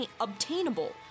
obtainable